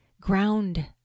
ground